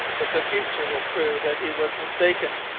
but the future will prove that he was mistaken.